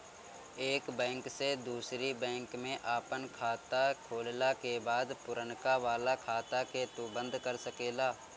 एक बैंक से दूसरी बैंक में आपन खाता खोलला के बाद पुरनका वाला खाता के तू बंद कर सकेला